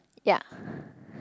ya